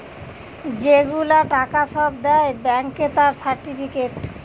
যে গুলা টাকা সব দেয় ব্যাংকে তার সার্টিফিকেট